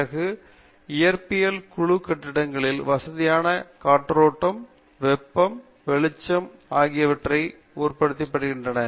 பிறகு இயற்பியல் குழு கட்டிடங்களின் வசதியான காற்றோட்டம் வெப்பம் வெளிச்சம் ஆகியவற்றை உறுதிப்படுத்துகின்றன